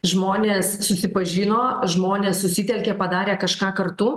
žmonės susipažino žmonės susitelkė padarė kažką kartu